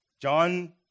John